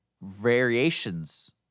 variations